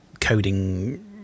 coding